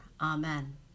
Amen